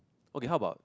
okay how about